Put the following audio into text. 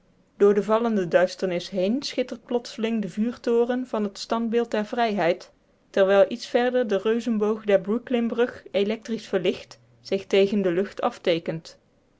door de vallende duisternis heen schittert plotseling de vuurtoren van het standbeeld der vrijheid terwijl iets verder de reuzenboog der brooklynbrug electrisch verlicht zich tegen de lucht afteekent